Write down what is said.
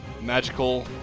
magical